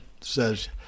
says